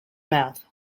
mouth